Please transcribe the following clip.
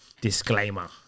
disclaimer